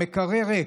המקרר ריק,